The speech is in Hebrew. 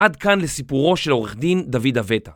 עד כאן לסיפורו של עורך דין, דוד אבטה.